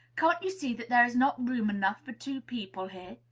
can't you see that there is not room enough for two people here?